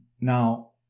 Now